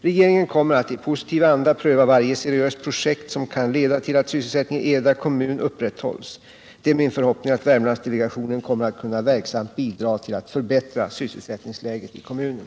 Regeringen kommer att i positiv anda pröva varje seriöst projekt som kan leda till att sysselsättningen i Eda kommun upprätthålls. Det är min förhoppning att Värmlandsdelegationen kommer att kunna verksamt bidra till att förbättra sysselsättningsläget i kommunen.